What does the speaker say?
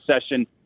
session